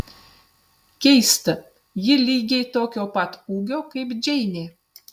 keista ji lygiai tokio pat ūgio kaip džeinė